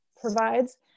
provides